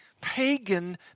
pagan